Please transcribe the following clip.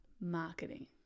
marketing